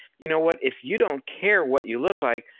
you know what? if you don't care what you look like,